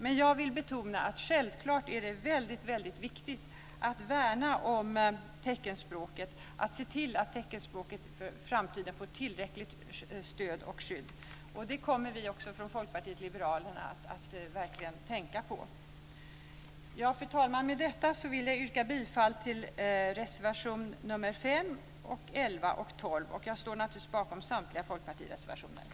Men jag vill betona att det självfallet är väldigt viktigt att värna om teckenspråket och se till att teckenspråket i framtiden får tillräckligt stöd och skydd. Det kommer vi från Folkpartiet liberalerna verkligen att tänka på. Fru talman! Med detta vill jag yrka bifall till reservationerna nr 5, 11 och 12. Jag står naturligtvis bakom samtliga reservationer från Folkpartiet.